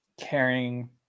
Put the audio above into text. caring